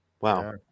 Wow